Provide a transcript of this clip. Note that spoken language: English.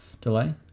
delay